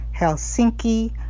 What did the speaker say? Helsinki